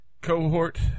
cohort